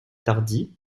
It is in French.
tardy